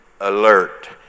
alert